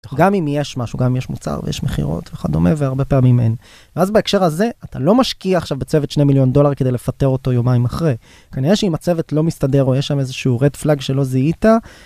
גם אם יש משהו, גם אם יש מוצר ויש מכירות וכדומה, והרבה פעמים אין. ואז בהקשר הזה, אתה לא משקיע עכשיו בצוות שני מיליון דולר כדי לפטר אותו יומיים אחרי. כנראה שאם הצוות לא מסתדר או יש שם איזשהו red flag שלא זיהית..